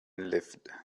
lived